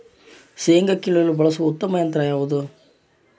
ಶೇಂಗಾ ಕೇಳಲು ಬಳಸುವ ಉತ್ತಮ ಯಂತ್ರ ಯಾವುದು?